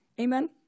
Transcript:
Amen